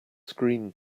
screen